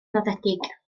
nodedig